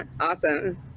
Awesome